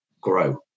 grow